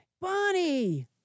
Bonnie